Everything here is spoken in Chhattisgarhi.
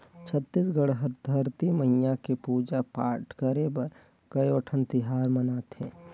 छत्तीसगढ़ हर धरती मईया के पूजा पाठ करे बर कयोठन तिहार मनाथे